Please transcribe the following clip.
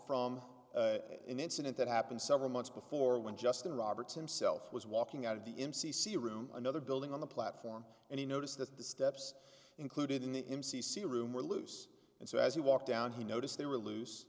from an incident that happened several months before when justin roberts himself was walking out of the im c c room another building on the platform and he noticed that the steps included in the m c c room were loose and so as he walked down he noticed they were loose